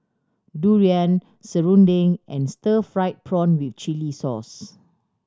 durian serunding and stir fried prawn with chili sauce